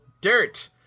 dirt